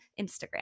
Instagram